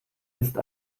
ist